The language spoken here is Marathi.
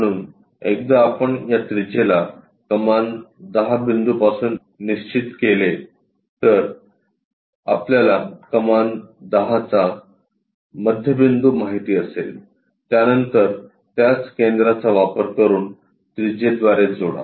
म्हणून एकदा आपण या त्रिज्येला कमान 10 बिंदूपासून निश्चित केले तर आपल्याला कमान 10 चा मध्यबिंदू माहिती असेल त्यानंतर त्याच केंद्राचा वापर करून त्रिज्येद्वारे जोडा